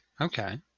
Okay